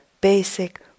basic